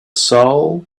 soul